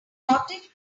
cottage